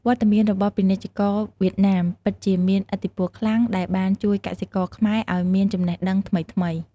វត្តមានរបស់ពាណិជ្ជករវៀតណាមពិតជាមានឥទ្ធិពលខ្លាំង ដែលបានជួយកសិករខ្មែរឱ្យមានចំណេះដឹងថ្មីៗ។